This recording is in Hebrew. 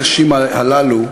גם על רקע האירועים הקשים הללו,